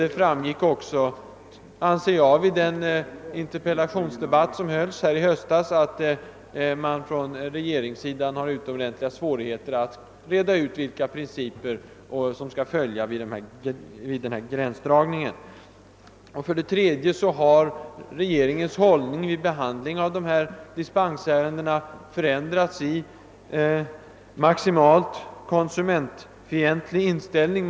Det framgick också — anser jag — vid höstens interpellationsdebatt i denna fråga, att regeringen inte klarar att reda ut vilka principer som skall gälla för denna gränsdragning. Vidare har regeringens hållning vid behandlingen av sådana här dispensärenden förändrats i maximalt konsumentfientlig riktning.